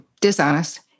dishonest